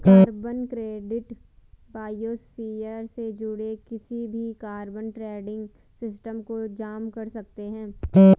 carbon credit biosphere से जुड़े किसी भी कार्बन ट्रेडिंग सिस्टम को जाम कर सकते हैं